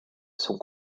sont